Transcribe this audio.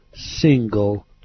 single